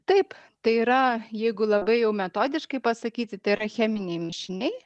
taip tai yra jeigu labai jau metodiškai pasakyti tai yra cheminiai mišiniai